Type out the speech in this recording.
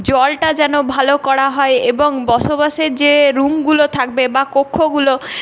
জলটা যেন ভালো করা হয় এবং বসবাসের যে রুমগুলো থাকবে বা কক্ষগুলো